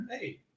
Hey